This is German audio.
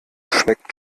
schmeckt